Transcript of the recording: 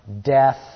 death